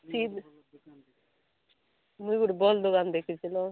ସେ ମୁଇଁ ଗୁଟେ ବଲ୍ ଦୋକାନ ଦେଖିଥିଲ